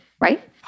right